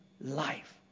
life